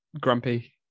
Grumpy